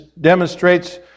demonstrates